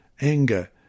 anger